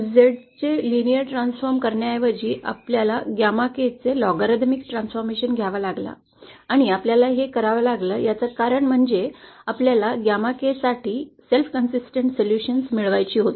झेडचा रेषात्मक परिवर्तन करण्याऐवजी आपल्याला गॅमा के चा लॉगॅरिथमिक अंदाज घ्यावा लागला आणि आपल्याला हे करावं लागलं याचं कारण म्हणजे आपल्याला गॅमा के साठी स्वयंसातत्यपूर्ण उपाय मिळवायची होती